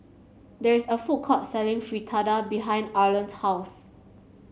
there is a food court selling Fritada behind Arland's house